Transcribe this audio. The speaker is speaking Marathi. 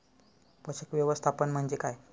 पोषक व्यवस्थापन म्हणजे काय?